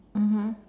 mmhmm